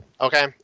Okay